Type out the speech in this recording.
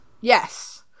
Yes